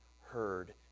heard